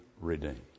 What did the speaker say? redeemed